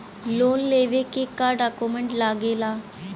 Loan लेवे के का डॉक्यूमेंट लागेला?